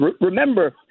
Remember